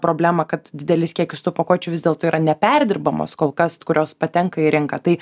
problemą kad didelis kiekis tų pakuočių vis dėlto yra neperdirbamos kol kas kurios patenka į rinką tai